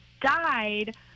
died